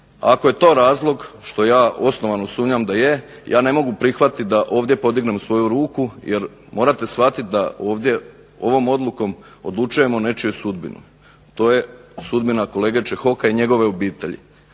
Ako je to razlog što ja osnovano sumnjam da je, ja ne mogu prihvatiti da ovdje podignem svoju ruku jer morate shvatiti da ovdje ovom odlukom odlučujemo o nečijoj sudbini. To je sudbina kolege Čehoka i njegove obitelji.